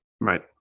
Right